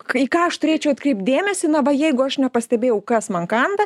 kai ką aš turėčiau atkreipt dėmesį na va jeigu aš nepastebėjau kas man kanda